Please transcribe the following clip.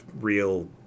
real